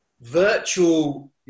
virtual